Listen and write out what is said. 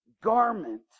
garment